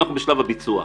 אנחנו בשלב הביצוע.